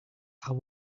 are